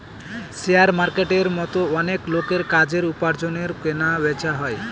share মার্কেটের মতো অনেক লোকের কাজের, উপার্জনের কেনা বেচা হয়